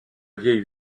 vieille